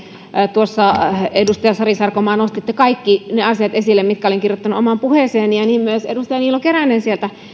edustaja sari sarkomaa nostitte kaikki ne asiat esille mitkä olin kirjoittanut omaan puheeseeni ja niin myös edustaja niilo keränen